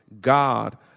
God